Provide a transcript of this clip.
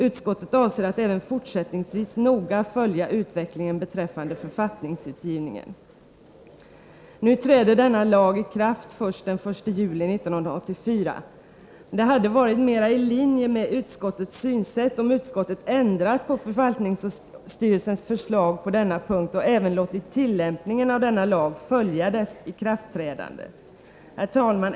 Utskottet avser att även fortsättningsvis noga följa utvecklingen beträffande författningsutgivningen.” Det hade varit mer i linje med utskottets synsätt om utskottet ändrat på förvaltningsstyrelsens förslag så att tillämpningen av lagen följt dess ikraftträdande. Herr talman!